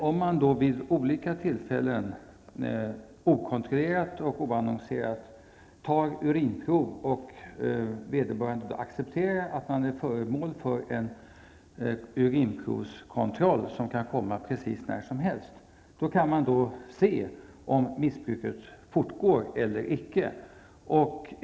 Om det vid olika tillfällen, okontrollerat och oannonserat tas urinprov och vederbörande accepterar att han är föremål för en urinprovskontroll, som kan göras precis när som helst, visar det om missbruket fortgår eller icke.